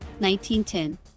1910